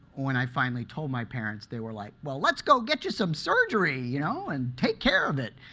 when i finally told my parents, they were like, well, let's go get you some surgery, you know and take care of it!